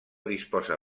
disposa